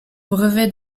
brevet